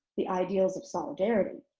the ideals of solidarity,